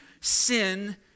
sin